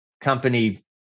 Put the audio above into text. Company